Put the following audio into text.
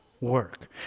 work